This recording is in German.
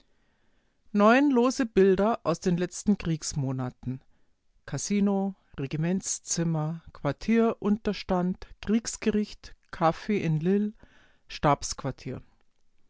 neun lose bilder aus den letzten kriegsmonaten kasino regimentszimmer quartier unterstand kriegsgericht caf in